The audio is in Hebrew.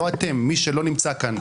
לא אתם, מי שלא נמצא כאן.